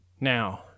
Now